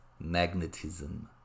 magnetism